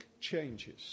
changes